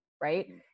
right